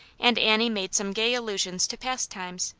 and annie made some gay allusions to past times,